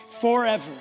forever